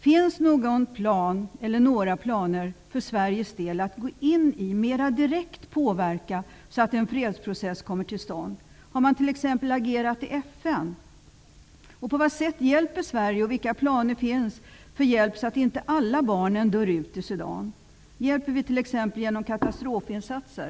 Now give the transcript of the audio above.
Finns det någon plan eller några planer för Sveriges del att gå in och mera direkt påverka så att en fredsprocess kommer till stånd? Har man t.ex. agerat i FN? På vad sätt hjälper Sverige? Vilka planer finns för hjälp för att inte alla barn skall dö i Sudan? Hjälper vi t.ex. genom katastrofinsatser?